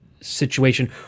situation